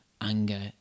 anger